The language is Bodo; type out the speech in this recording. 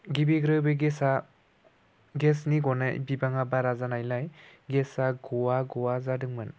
गिबिग्रो बे गेसनि गनाय बिबाङा बारा जानायलाय गेसआ गवा गवा जादोंमोन